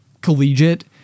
collegiate